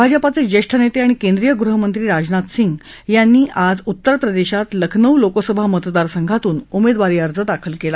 भाजपाचे ज्येष्ठ नेते आणि केंद्रीय गृहमंत्री राजनाथ सिंह यांनी आज उत्तर प्रदेशात लखनौ लोकसभा मतदारसघांतून उमेदवारी अर्ज दाखल केला